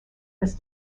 was